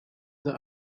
the